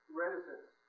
reticence